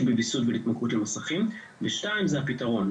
בוויסות ולהתמכרות למסכים והדבר השני הוא הפתרון.